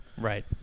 right